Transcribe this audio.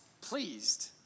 pleased